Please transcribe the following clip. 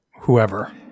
whoever